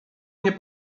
nie